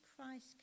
Christ